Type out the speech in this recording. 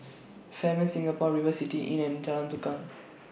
Fairmont Singapore River City Inn and Jalan Tukang